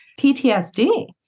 PTSD